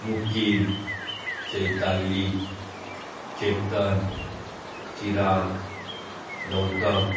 मुकीन Chaitali Chetan Chirag Gautam